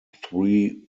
three